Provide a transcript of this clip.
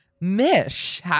Mish